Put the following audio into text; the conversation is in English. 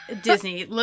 Disney